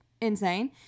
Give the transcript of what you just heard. insane